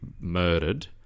murdered